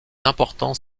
importants